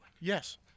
Yes